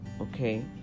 okay